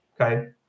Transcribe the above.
okay